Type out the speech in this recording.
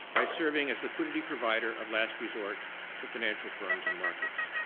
by serving as liquidity provider of last resort to financial firms and markets.